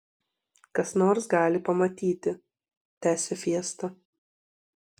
kas nors gali pamatyti tęsė fiesta